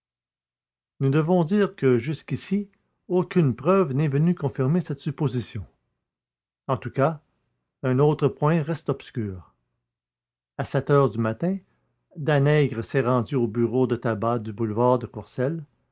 nous devons dire que jusqu'ici aucune preuve n'est venue confirmer cette supposition en tout cas un autre point reste obscur à sept heures du matin danègre s'est rendu au bureau de tabac du boulevard de courcelles